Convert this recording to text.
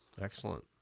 excellent